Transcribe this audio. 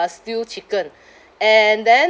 stew chicken and then